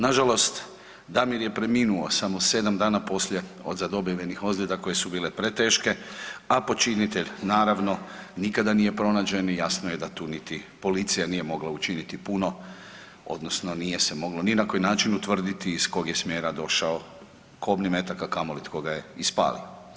Nažalost, Damir je preminuo samo sedam dana poslije od zadobivenih ozljeda koje su bile preteške, a počinitelj naravno nikada nije pronađen i jasno je da tu niti policija nije mogla učiniti puno odnosno nije se moglo ni na koji način utvrditi iz kog je smjera došao kobni metak, a kamoli tko ga je ispalio.